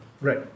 right